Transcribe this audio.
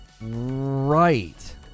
Right